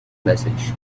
message